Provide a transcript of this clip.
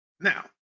Now